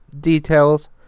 details